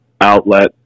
outlet